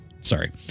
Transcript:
Sorry